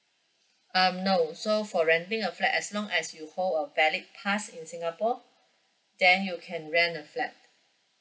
um no so for renting a flat as long as you hold a valid pass in singapore then you can rent a flat